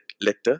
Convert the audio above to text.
letter